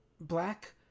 black